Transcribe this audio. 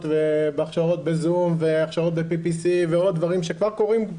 והכשרות בזום והכשרות ב-PPC שכבר קורים.